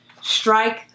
strike